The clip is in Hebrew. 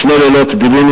שני לילות בילינו